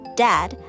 dad